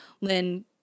Lynn